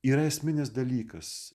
yra esminis dalykas